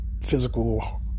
physical